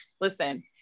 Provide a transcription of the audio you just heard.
listen